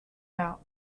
out